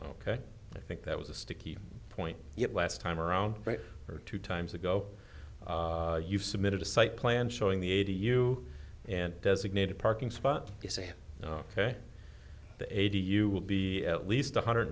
ok i think that was a sticky point yet last time around or two times ago you've submitted a cite plan showing the eighty you and designated parking spot you say ok the eighty you will be at least one hundred